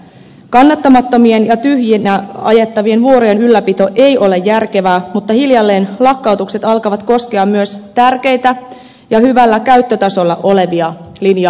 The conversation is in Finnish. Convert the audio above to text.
kannattamattomien ja tyhjinä ajettavien vuorojen ylläpito ei ole järkevää mutta hiljalleen lakkautukset alkavat koskea myös tärkeitä ja hyvällä käyttötasolla olevia linja autovuoroja